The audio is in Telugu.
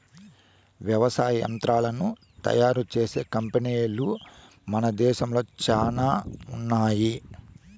వ్యవసాయ యంత్రాలను తయారు చేసే కంపెనీలు మన దేశంలో చానా ఉన్నాయి